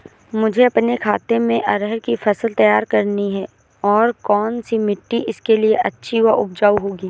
मुझे अपने खेत में अरहर की फसल तैयार करनी है और कौन सी मिट्टी इसके लिए अच्छी व उपजाऊ होगी?